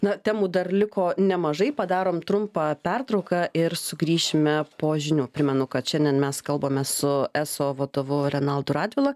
na temų dar liko nemažai padarom trumpą pertrauką ir sugrįšime po žinių primenu kad šiandien mes kalbame su eso vadovu renaldu radvila